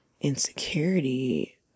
insecurity